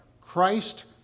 Christ